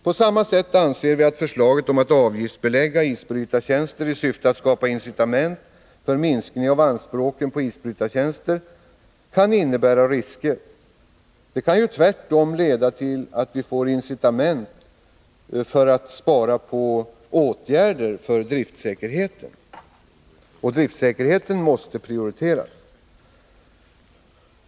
På samma sätt anser vi att förslaget om att avgiftsbelägga isbrytartjänster i syfte att skapa incitament för minskning av anspråken på isbrytartjänster kan innebära risker. Tvärtom kan incitament skapas för att spara på åtgärder för driftsäkerheten, men driftsäkerheten måste prioriteras.